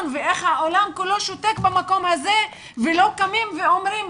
ואיך העולם כולו שותק במקום הזה ולא קמים ואומרים,